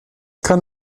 kann